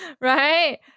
Right